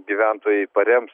gyventojai parems